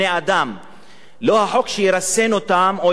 לא החוק שירסן אותם או ירתיע אותם,